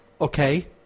okay